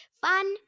Fun